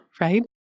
right